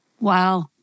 Wow